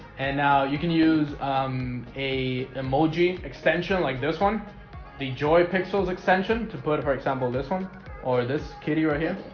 and now you can use a emoji extension like this one the joy pixels extension to put for example this one or this kitty right here.